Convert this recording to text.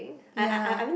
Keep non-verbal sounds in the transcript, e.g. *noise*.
*breath* ya